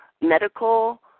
medical